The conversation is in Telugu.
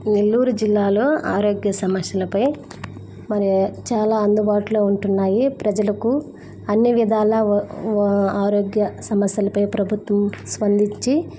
నెల్లూరు జిల్లాలో ఆరోగ్య సమస్యలపై మరి చాలా అందుబాట్లో ఉంటున్నాయి ప్రజలకు అన్నీ విధాల వ వ ఆరోగ్య సమస్యలపై ప్రభుత్వం స్పందిచ్చి